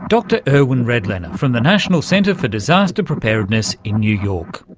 dr irwin redlener from the national center for disaster preparedness in new york.